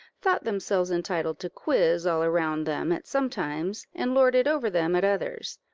thought themselves entitled to quiz all around them at some times, and lord it over them at others.